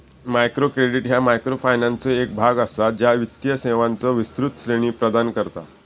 micro credit ह्या मायक्रोफायनान्सचो एक भाग असा, ज्या वित्तीय सेवांचो विस्तृत श्रेणी प्रदान करता